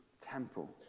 temple